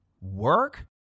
Work